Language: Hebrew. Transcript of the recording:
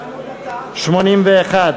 ביטחון ובטיחות